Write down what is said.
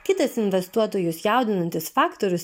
kitas investuotojus jaudinantis faktorius